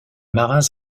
marins